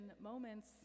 moments